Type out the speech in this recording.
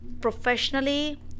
professionally